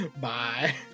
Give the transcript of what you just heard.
Bye